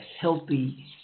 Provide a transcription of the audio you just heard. healthy